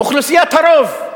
אוכלוסיית הרוב.